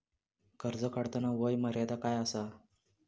कर्ज काढताना वय मर्यादा काय आसा?